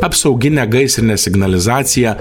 apsauginę gaisrinę signalizaciją